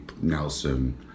Nelson